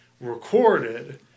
recorded